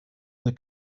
the